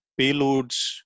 payloads